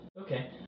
Okay